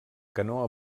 canó